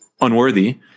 unworthy